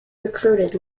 recruited